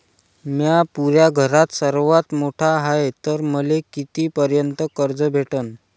म्या पुऱ्या घरात सर्वांत मोठा हाय तर मले किती पर्यंत कर्ज भेटन?